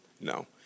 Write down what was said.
no